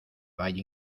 valle